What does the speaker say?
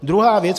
Druhá věc.